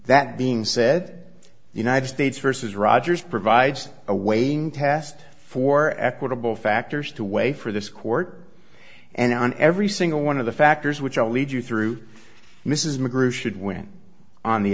that being said united states versus rogers provides awaiting test for equitable factors to weigh for this court and on every single one of the factors which will lead you through mrs mcgrew should win on the